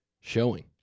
showing